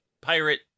pirate